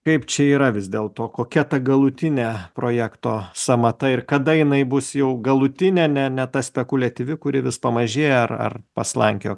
kaip čia yra vis dėl to kokia ta galutinė projekto sąmata ir kada jinai bus jau galutinė ne ne ta spekuliatyvi kuri vis pamažėja ar ar paslankioja